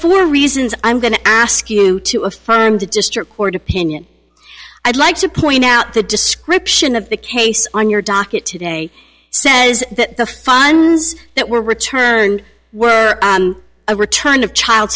full reasons i'm going to ask you to affirm the district court opinion i'd like to point out the description of the case on your docket today says that the funds that were returned were a return of child